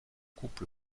couple